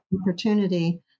opportunity